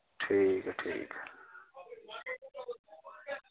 ठीक ऐ ठीक ऐ